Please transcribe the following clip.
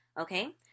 okay